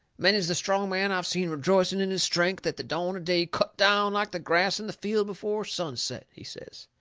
many's the strong man i've seen rejoicing in his strength at the dawn of day cut down like the grass in the field before sunset, he says.